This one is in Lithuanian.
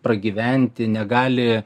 pragyventi negali